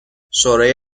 شورای